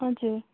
हजुर